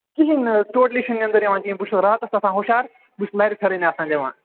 کِہیٖنٛۍ نہَ حظ ٹوٹلِی چھےٚ نہَ نٮ۪نٛدٕر یِوان کِہیٖنٛۍ بہٕ چھُس راتَس آسان ہُشار بہٕ چھُس لَرِ پھِرٕنۍ آسان دِوان